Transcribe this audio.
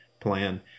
plan